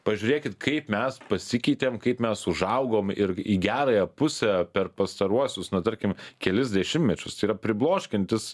pažiūrėkit kaip mes pasikeitėm kaip mes užaugom ir į gerąją pusę per pastaruosius na tarkim kelis dešimtmečius tai yra pribloškiantis